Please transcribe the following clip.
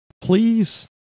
Please